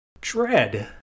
Dread